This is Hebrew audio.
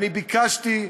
אני ביקשתי,